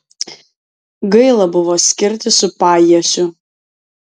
gaila buvo skirtis su pajiesiu